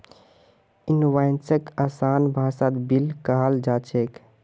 इनवॉइसक आसान भाषात बिल कहाल जा छेक